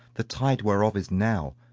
the tide whereof is now.